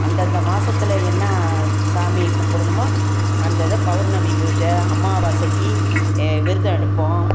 அந்தந்த மாசத்தில் என்ன சாமி கும்பிடுணுமோ அந்ததை பௌர்ணமி பூஜை அம்மாவாசைக்கு விரதம் எடுப்போம்